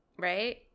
right